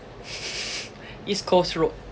east coast road